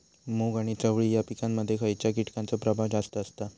मूग आणि चवळी या पिकांमध्ये खैयच्या कीटकांचो प्रभाव जास्त असता?